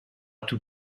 tout